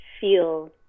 feel